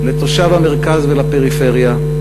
לתושבי המרכז והפריפריה,